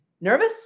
Nervous